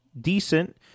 decent